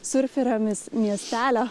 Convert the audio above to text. surferio mies miestelio